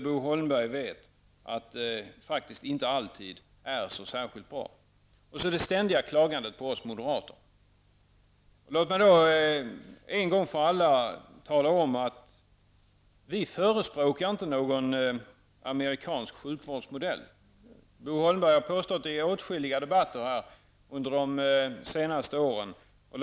Bo Holmberg, vet att det faktiskt inte alltid är så särskilt bra. Det är vidare ett ständigt klagande på oss moderater. Låt mig en gång för alla tala om att vi moderater inte förespråkar någon amerikansk sjukvårdsmodell. Bo Holmberg har i åtskilliga debatter under de senaste åren påstått detta.